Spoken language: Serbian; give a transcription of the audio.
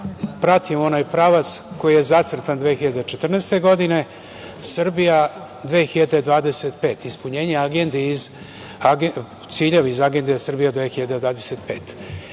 pratimo onaj pravac koji je zacrtan 2014. godine, Srbija 2025. ispunjenje agende, ciljevi iz agende Srbija 2025.Ne